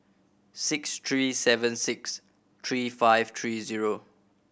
six three seven six three five three zero